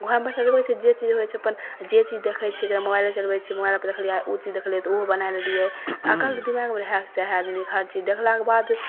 घरमे बैठल रहबय छियै जे चीज होइ छै अपन जे चीज देखय छियै जेना मोबाइल चलबय छियै मोबाइलोपर देखलियै तऽ उ चीज देखलियै तऽ उहो बनय लेलियै एखन दिमागमे रहय चाहे आदमीके छी देखलाके बाद